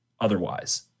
otherwise